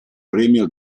premio